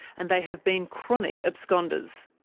and they have been chronic absconders.